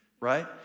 Right